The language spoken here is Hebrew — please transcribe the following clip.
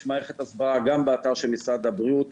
יש מערכת הסברה גם באתר של משרד הבריאות,